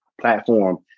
platform